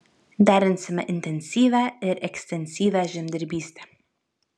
derinsime intensyvią ir ekstensyvią žemdirbystę